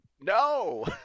no